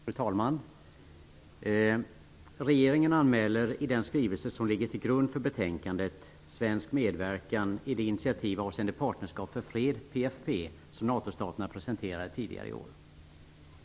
Fru talman! Regeringen anmäler i den skrivelse som ligger till grund för betänkandet intresse för svensk medverkan i det initiativ avseende Partnerskap för fred, PFF, som NATO-staterna presenterade tidigare i år.